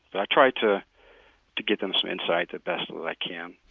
but i try to to get them some insight as best i can.